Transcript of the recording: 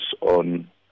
on